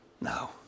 No